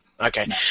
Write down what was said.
Okay